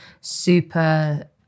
super